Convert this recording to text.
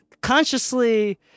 consciously